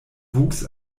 wuchs